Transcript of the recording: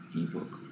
ebook